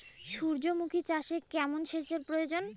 সূর্যমুখি চাষে কেমন সেচের প্রয়োজন?